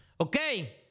Okay